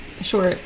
Short